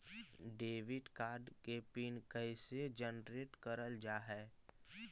Debit card के pin कैसे generate करल जाहै?